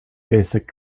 basic